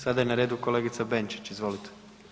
Sada je na redu kolegica Benčić, izvolite.